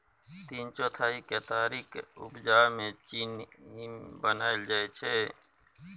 तीन चौथाई केतारीक उपजा सँ चीन्नी बनाएल जाइ छै